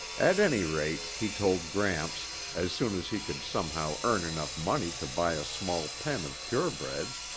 at any rate, he told gramps, as soon as he could somehow earn enough money to buy a small pen of purebreds,